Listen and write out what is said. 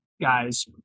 guys